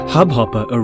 Hubhopper